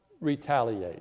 retaliate